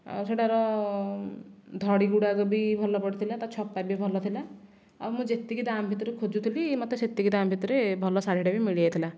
ଆଉ ସେହିଟାର ଧଡ଼ି ଗୁଡ଼ାକ ବି ଭଲ ପଡ଼ିଥିଲା ତା ଛପା ବି ଭଲ ଥିଲା ଆଉ ମୁଁ ଯେତିକି ଦାମ ଭିତରେ ଖୋଜୁଥିଲି ମୋତେ ସେତିକି ଦାମ ଭିତରେ ଭଲ ଶାଢ଼ୀଟେ ବି ମିଳିଯାଇଥିଲା